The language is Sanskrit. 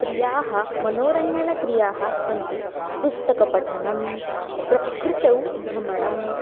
प्रियाः मनोरञ्जनक्रियाः सन्ति पुस्तकपठनं प्रकृतौ भ्रमणं